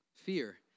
fear